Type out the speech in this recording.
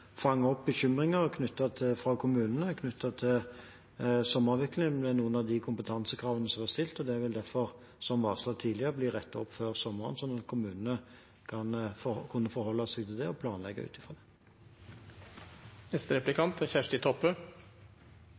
fanger opp bekymringer fra kommunene knyttet til sommeravviklingen med noen av kompetansekravene som er stilt. Det vil derfor, som varslet tidligere, bli rettet opp før sommeren, slik at kommunene kan forholde seg til det og planlegge riktig. Vi har hatt mange diskusjonar her om fastlegeordninga og den krisa som er